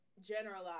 generalize